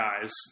guys